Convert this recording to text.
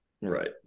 right